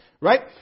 right